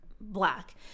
black